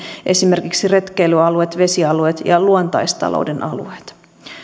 esimerkiksi retkeilyalueet vesialueet ja luontaistalouden alueet